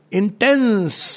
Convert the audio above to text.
intense